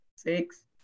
Six